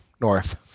north